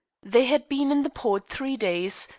they had been in the port three days,